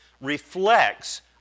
reflects